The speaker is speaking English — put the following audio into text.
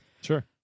sure